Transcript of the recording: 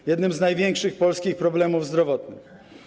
To jedne z największych polskich problemów zdrowotnych.